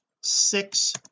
six